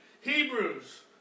Hebrews